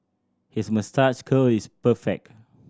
his moustache curl is perfect